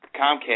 Comcast